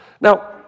Now